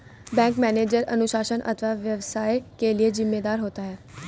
bank manager अनुशासन अथवा व्यवसाय के लिए जिम्मेदार होता है